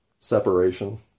separation